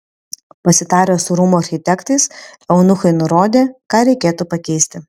pasitarę su rūmų architektais eunuchai nurodė ką reikėtų pakeisti